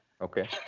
Okay